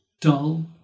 dull